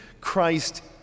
Christ